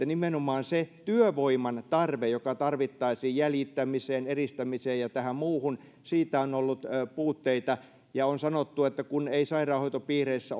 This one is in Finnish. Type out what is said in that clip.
nimenomaan työvoiman tarve työvoimasta jota tarvittaisiin jäljittämiseen eristämiseen ja tähän muuhun on ollut puutetta ja on sanottu että kun ei sairaanhoitopiireissä